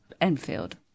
Enfield